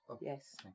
Yes